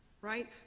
right